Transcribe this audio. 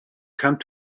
come